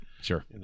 Sure